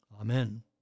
Amen